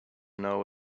know